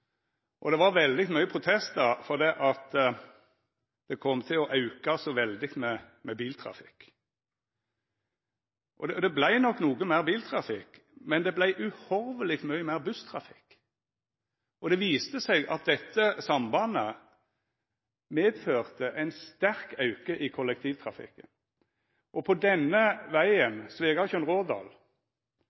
og det var veldig mange protestar fordi biltrafikken kom til å auka så veldig. Det vart nok noko meir biltrafikk, men det vart uhorveleg mykje meir busstrafikk. Det viste seg at dette sambandet medførte ein sterk auke i kollektivtrafikken. Langs denne vegen,